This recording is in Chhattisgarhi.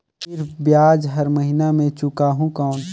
फिर ब्याज हर महीना मे चुकाहू कौन?